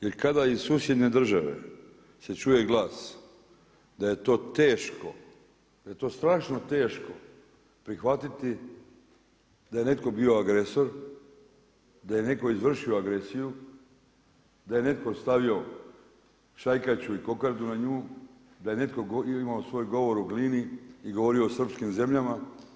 Jer kada iz susjedne države se čuje glas da je to teško, da je to strašno teško prihvatiti da je netko bio agresor, da je netko izvršio agresiju, da je netko stavio šajkaču i kokardu na nju, da je netko imao svoj govor u Glini i govorio o srpskim zemljama.